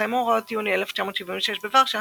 אחרי מאורעות יוני 1976 בוורשה,